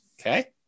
okay